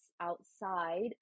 outside